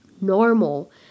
normal